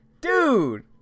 dude